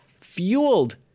fueled